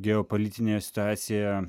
geopolitinėje situacijoje